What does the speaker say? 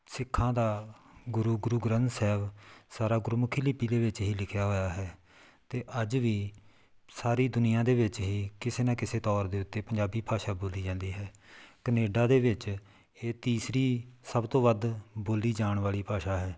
ਸਿੱਖਾਂ ਦਾ ਗੁਰੂ ਗੁਰੂ ਗ੍ਰੰਥ ਸਾਹਿਬ ਸਾਰਾ ਗੁਰਮੁਖੀ ਲਿਪੀ ਦੇ ਵਿੱਚ ਹੀ ਲਿਖਿਆ ਹੋਇਆ ਹੈ ਅਤੇ ਅੱਜ ਵੀ ਸਾਰੀ ਦੁਨੀਆਂ ਦੇ ਵਿੱਚ ਹੀ ਕਿਸੇ ਨਾ ਕਿਸੇ ਤੌਰ ਦੇ ਉੱਤੇ ਪੰਜਾਬੀ ਭਾਸ਼ਾ ਬੋਲੀ ਜਾਂਦੀ ਹੈ ਕਨੇਡਾ ਦੇ ਵਿੱਚ ਇਹ ਤੀਸਰੀ ਸਭ ਤੋਂ ਵੱਧ ਬੋਲੀ ਜਾਣ ਵਾਲੀ ਭਾਸ਼ਾ ਹੈ